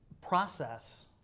process